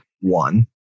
one